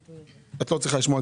את לא צריכה לשמוע,